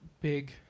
big